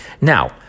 Now